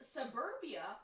suburbia